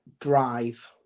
drive